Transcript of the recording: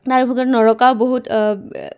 তাৰ ভিতৰত নৰকাও বহুত